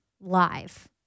live